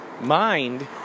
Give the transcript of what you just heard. mind